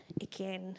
again